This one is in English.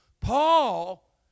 Paul